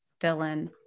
Dylan